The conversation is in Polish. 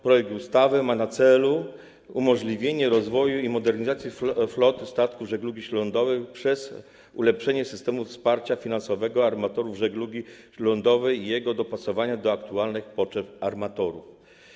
Projekt ustawy ma na celu umożliwienie rozwoju i modernizacji floty statków żeglugi śródlądowej przez ulepszenie systemu wsparcia finansowego armatorów żeglugi śródlądowej i jego dopasowanie do aktualnych potrzeb armatorów.